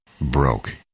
broke